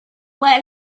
let